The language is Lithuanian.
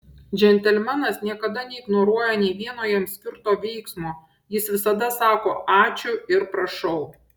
džentelmenas niekada neignoruoja nė vieno jam skirto veiksmo jis visada sako ačiū ir prašau